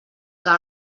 que